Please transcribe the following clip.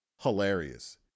hilarious